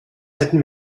hätten